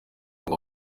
ngo